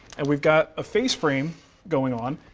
and we've got a face frame going on,